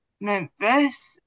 Memphis